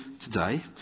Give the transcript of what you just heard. today